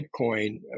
Bitcoin